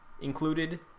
included